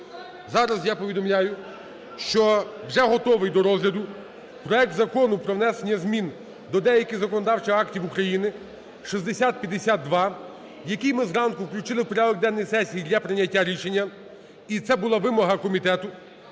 Зараз я повідомляю, що вже готовий до розгляду проект Закону про внесення змін до деяких законодавчих актів України (6052), який ми зранку включили в порядок денний сесії для прийняття рішення. І це була вимога комітету.